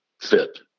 fit